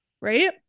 right